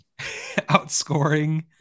Outscoring